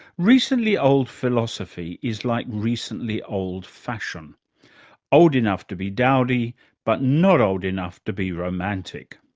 recently old philosophy is like recently old fashion old enough to be dowdy but not old enough to be romantic.